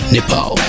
Nepal